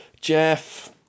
Jeff